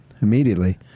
immediately